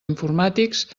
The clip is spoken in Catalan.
informàtics